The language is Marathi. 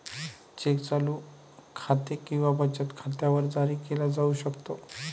चेक चालू खाते किंवा बचत खात्यावर जारी केला जाऊ शकतो